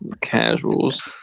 Casuals